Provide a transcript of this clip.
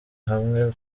hamwe